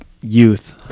youth